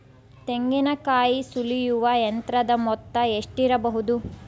ತೆಂಗಿನಕಾಯಿ ಸುಲಿಯುವ ಯಂತ್ರದ ಮೊತ್ತ ಎಷ್ಟಿರಬಹುದು?